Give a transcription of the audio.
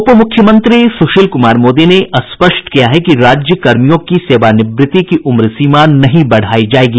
उप मुख्यमंत्री सुशील कुमार मोदी ने स्पष्ट किया है कि राज्यकर्मियों की सेवानिवृति की उम्रसीमा नहीं बढ़ायी जायेगी